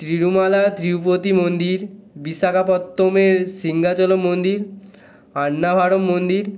তিরুমালা তিরুপতি মন্দির বিশাখাপত্তমের সিংগাচলো মন্দির আন্নাভারো মন্দির